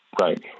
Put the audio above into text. Right